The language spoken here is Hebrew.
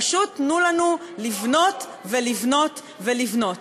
פשוט תנו לנו לבנות ולבנות ולבנות.